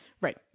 Right